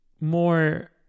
more